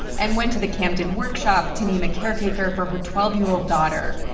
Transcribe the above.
and went to the camden workshop to name a caretaker for her twelve year old daughter.